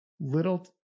little